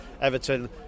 Everton